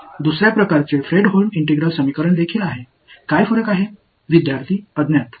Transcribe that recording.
நீங்கள் 2 வது வகையான ஃப்ரெட்ஹோம் ஒருங்கிணைந்த சமன்பாட்டையும் கொண்டிருக்கிறீர்கள் இரண்டுக்கும் வித்தியாசம் என்ன